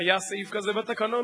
שהיה סעיף כזה בתקנון,